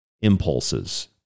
impulses